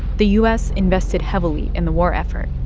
the u s. invested heavily in the war effort,